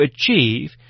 achieve